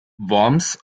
worms